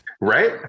Right